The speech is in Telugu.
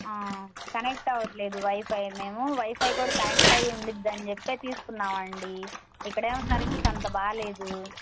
కనెక్ట్ అవడంలేదు వైఫై మేము వైఫై కూడా కనెక్ట్ అయి ఉండిందని చెప్పే తీసుకున్నాము అండి ఇక్కడ ఏమో సర్వీస్ అంతబాగోలేదు